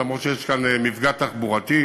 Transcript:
אף שיש כאן מפגע תחבורתי,